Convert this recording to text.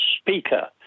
speaker